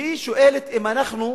והיא שואלת: האם אנחנו,